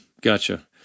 Gotcha